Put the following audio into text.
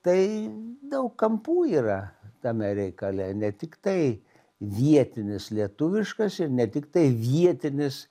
tai daug kampų yra tame reikale ne tiktai vietinis lietuviškas ir ne tiktai vietinis